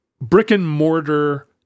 brick-and-mortar